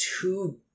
two